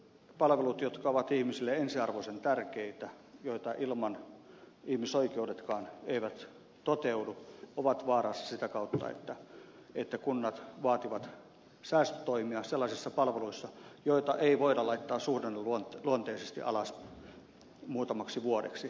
palvelut jotka ovat ihmisille ensiarvoisen tärkeitä joita ilman ihmisoikeudetkaan eivät toteudu ovat vaarassa sitä kautta että kunnat vaativat säästötoimia sellaisissa palveluissa joita ei voida laittaa suhdanneluonteisesti alas muutamaksi vuodeksi